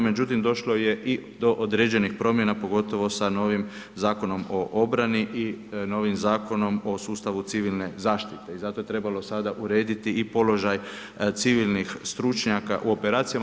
Međutim, došlo je i do određenih promjena, pogotovo sa novim Zakonom o obrani i novim Zakonom o sustavu civilne zaštite i zato je trebalo sada urediti i položaj civilnih stručnjaka u operacijama.